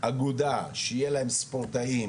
אגודה שיהיה להם ספורטאים,